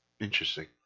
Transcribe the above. Interesting